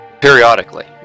periodically